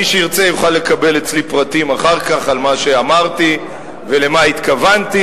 מי שירצה יוכל לקבל אצלי פרטים אחר כך על מה שאמרתי ולמה התכוונתי.